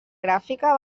gràfica